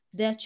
de